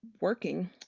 working